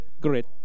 Great